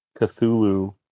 Cthulhu